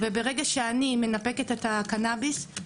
ברגע שאני מנפקת את הקנביס,